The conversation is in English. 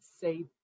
say